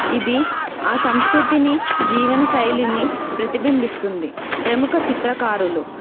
ఇది ఆ సంస్కృతిని జీవన శైలిని ప్రతిబింబిస్తుంది ప్రముఖ చిత్రకారులు